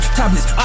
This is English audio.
tablets